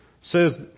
says